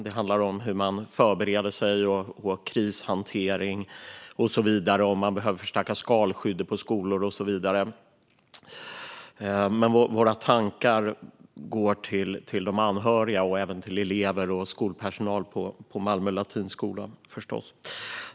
Det handlar om krishantering, hur man förbereder sig, huruvida man behöver förstärka skalskyddet på skolor och så vidare. Våra tankar går förstås till de anhöriga och även till elever och skolpersonal på Malmö Latin.